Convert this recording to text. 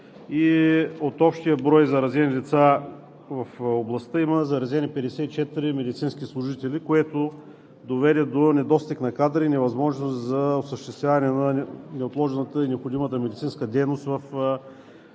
От общия брой заразени лица в областта има заразени 54 медицински служители, което доведе до недостиг на кадри и невъзможност за осъществяване на неотложната и необходимата медицинска дейност в областната